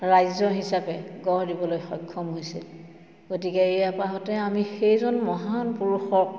ৰাজ্য হিচাপে গঢ় দিবলৈ সক্ষম হৈছিল গতিকে এই আপাহতে আমি সেইজন মহান পুৰুষক